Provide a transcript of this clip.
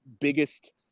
biggest